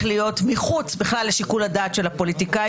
להיות בכלל מחוץ לשיקול הדעת של הפוליטיקאי,